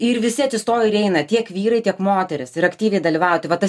ir visi atsistoja ir eina tiek vyrai tiek moterys ir aktyviai dalyvauti vat tas